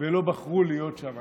ולא בחרו להיות שם,